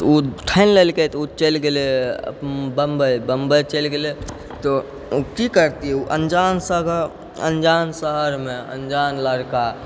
उ ठानि लेलकै तऽ उ चलि गेलै बम्बइ बम्बइ चलि गेलै तऽ की करतियै उ अनजान शहरमे अनजान लड़का की